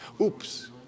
Oops